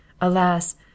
Alas